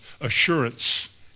assurance